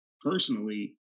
personally